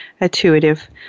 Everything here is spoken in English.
intuitive